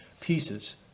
pieces